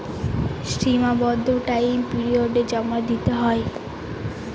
সীমাবদ্ধ টাইম পিরিয়ডে জমা দিতে হয়